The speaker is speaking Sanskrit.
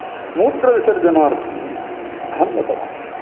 मूत्रविसर्जनार्थं अहं गतवान्